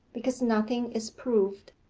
because nothing is proved.